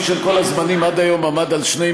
השיא של כל הזמנים עד היום היה 2,960,000,